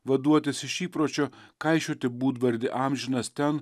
vaduotis iš įpročio kaišioti būdvardį amžinas ten